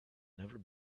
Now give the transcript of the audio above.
never